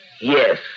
yes